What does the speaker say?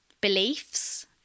beliefs